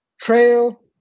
trail